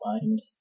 find